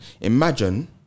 imagine